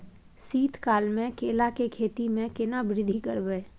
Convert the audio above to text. शीत काल मे केला के खेती में केना वृद्धि करबै?